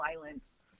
violence